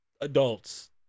adults